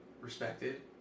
respected